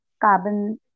carbon